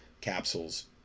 capsules